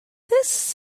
this